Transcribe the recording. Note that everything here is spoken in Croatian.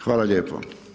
Hvala lijepo.